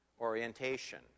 orientation